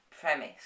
premise